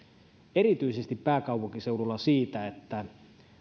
erityisesti pääkaupunkiseudulla siitä että